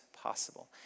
possible